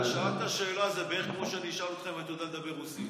אתה שאלת שאלה שזה בערך כמו שאני אשאל אותך אם אתה יודע לדבר רוסית.